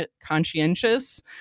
conscientious